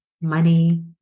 money